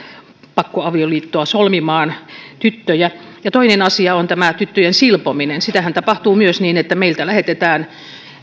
pakkoavioliittoa solmimaan ja toinen asia on tämä tyttöjen silpominen sitähän tapahtuu myös niin että meiltä lähetetään